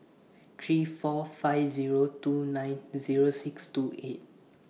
three four five two nine six two eight